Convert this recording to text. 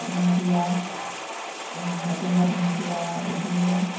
दुन्दिया गंगार दुन्दिया बिदिनो